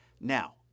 Now